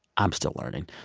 i'm still learning.